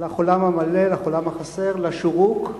לחולם המלא, לחולם החסר, לשורוק,